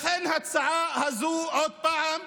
לכן ההצעה הזו עוד פעם באה,